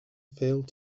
failed